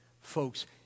Folks